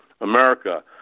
America